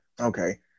Okay